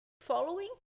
following